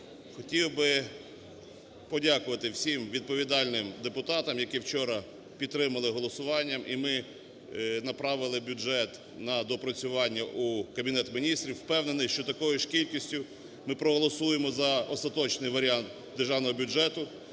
хотів би подякувати всім відповідальним депутатам, які вчора підтримали голосуванням, і ми направили бюджет на доопрацювання у Кабінет Міністрів. Впевнений, що такою ж кількістю ми проголосуємо за остаточний варіант державного бюджету,